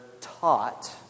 taught